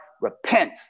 repent